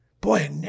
boy